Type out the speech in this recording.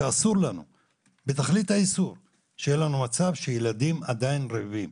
ואסור לנו בתכלית האיסור שיהיה לנו מצב שילדים עדיין רעבים,